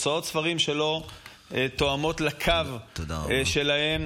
הוצאות ספרים שלא תואמות לקו שלהם.